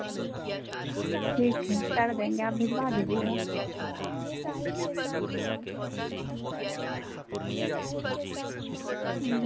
جو اس وقت سب سے زیادہ بک رہا ہے کیونکہ اس کا جو کیمرہ ہے اس کا اڑتالیس ایم پی کا کیمرہ ہے اور بارہ میگا فکسل کا اس کا فرنٹ کیمرہ ہے اور اس میں جو